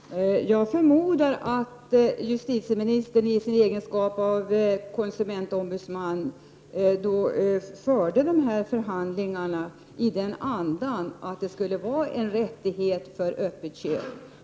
Herr talman! Jag förmodar att justitieministern i sin egenskap av konsumentombudsman förde förhandlingarna i den andan att man ville åstadkomma en rätt till öppet köp.